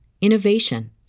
innovation